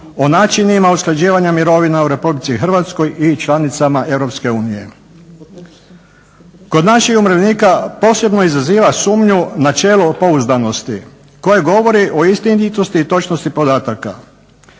o načinima usklađivanja mirovina u Republici Hrvatskoj i članicama Europske unije. Kod naših umirovljenika posebno izaziva sumnju načelo pouzdanosti koje govori o istinitosti i točnosti podataka.